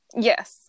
Yes